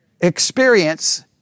experience